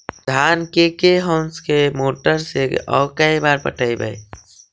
धान के के होंस के मोटर से औ के बार पटइबै?